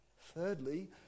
Thirdly